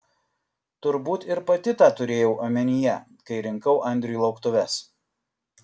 turbūt ir pati tą turėjau omenyje kai rinkau andriui lauktuves